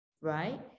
right